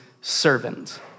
servant